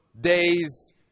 days